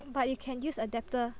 but you can use adapter